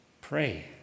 Pray